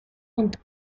und